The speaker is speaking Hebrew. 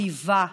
איבה וחרמות.